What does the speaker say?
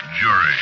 jury